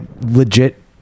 legit